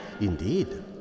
Indeed